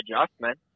adjustment